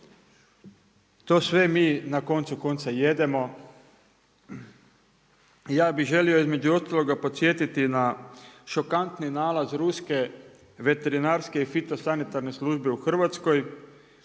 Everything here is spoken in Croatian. to sve mi na koncu konca jedemo. Ja bih želio između ostaloga podsjetiti na šokantni nalaz ruske veterinarske i fitosanitarne službe u Hrvatskoj